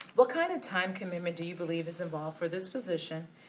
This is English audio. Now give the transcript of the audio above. what kind of time commitment do you believe is involved for this position.